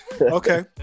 Okay